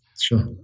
sure